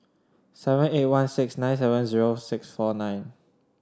seven eight one six nine seven zero six four nine